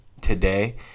today